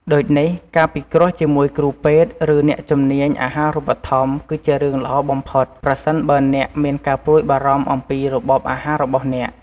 ដូចនេះ ការពិគ្រោះជាមួយគ្រូពេទ្យ ឬអ្នកជំនាញអាហារូបត្ថម្ភគឺជារឿងល្អបំផុត ប្រសិនបើអ្នកមានការព្រួយបារម្ភអំពីរបបអាហាររបស់អ្នក។